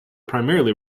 primarily